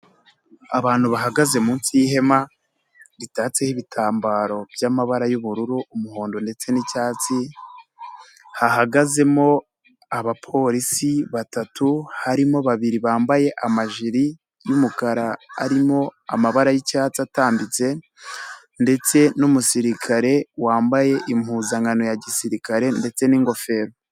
Abantu bahagaze munsi y'ihema, ritatseho ibitambaro by'amabara y'ubururu. umuhondo ndetse n'icyatsi, hahagazemo abapolisi batatu harimo babiri bambaye amajiri y'umukara arimo amabara y'icyatsi atambitse, ndetse n'umusirikare wambaye impuzankano ya gisirikare ndetse n'ingofero.